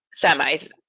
semis